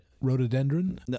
Rhododendron